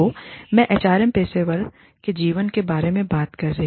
तो मैं एचआर पेशेवरों के जीवन के बारे में बात कर रही